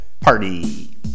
Party